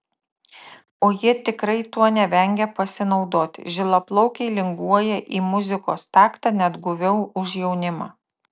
o jie tikrai tuo nevengia pasinaudoti žilaplaukiai linguoja į muzikos taktą net guviau už jaunimą